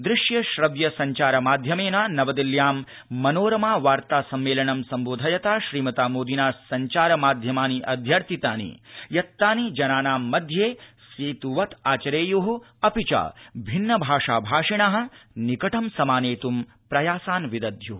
दृश्य श्रव्य संचारमाध्यमेन नवदिल्ल्यां मनोरमा वार्ता सम्मेलनं संबोधयता श्रीमता मोदिना संचार माध्यमानि अध्यर्थितानि यत्तानि जनानां मध्ये सेत्वत् आचरेयु अपि च भिन्न भाषा भाषिण निकटं समानेतुं प्रयासान् विदध्यु